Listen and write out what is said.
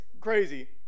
crazy